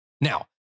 Now